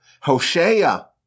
Hosea